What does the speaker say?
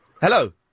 Hello